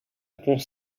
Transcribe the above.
pont